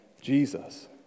Jesus